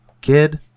kid